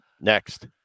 Next